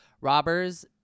robbers